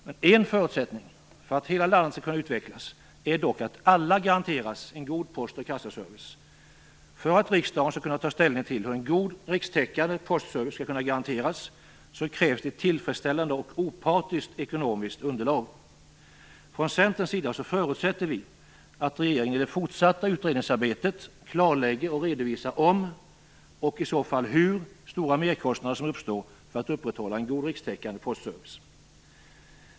Men en förutsättning för att hela landet skall kunna utvecklas är dock att alla garanteras en god post och kassaservice. För att riksdagen skall kunna ta ställning till hur en god rikstäckande postservice skall kunna garanteras krävs det ett tillfredsställande och opartiskt ekonomiskt underlag. Från Centerns sida förutsätter vi att regeringen i det fortsatta utredningsarbetet klarlägger och redovisar om, och i så fall hur stora merkostnader som uppstår för att upprätthålla en god rikstäckande postservice.